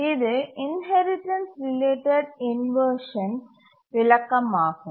இது inheritance related inversion விளக்கமாகும்